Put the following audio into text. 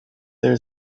there